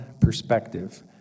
perspective